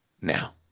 now